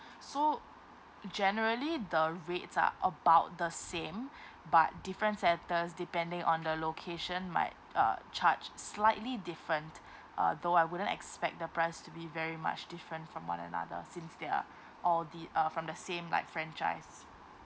so generally the rates are about the same but different centres depending on the location might uh charge slightly different uh though I wouldn't expect the price to be very much different from one another since they are all di~ uh from the same like franchise